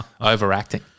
Overacting